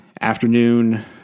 afternoon